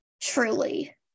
Truly